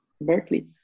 Berkeley